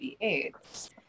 AIDS